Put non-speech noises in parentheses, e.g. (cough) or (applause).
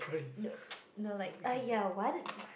no (noise) no like !aiya! what (noise)